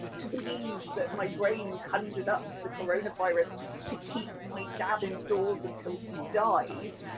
to believe that my brain conjured up the coronavirus to keep my dad indoors until he dies